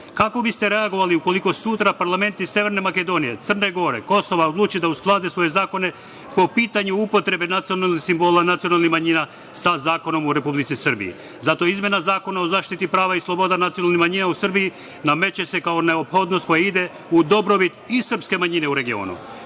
biste reagovali ukoliko sutra parlament iz Severne Makedonije, Crne Gore, Kosova hoće da usklade svoje zakone po pitanju upotrebe nacionalnih simbola nacionalnih manjina sa zakonom u Republici Srbiji? Zato izmena Zakona o zaštiti prava i sloboda nacionalnih manjina u Srbiji nameće se kao neophodnost koja ide u dobrobit i srpske manjine u regionu.